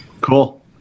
cool